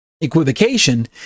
equivocation